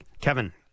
Kevin